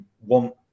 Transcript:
want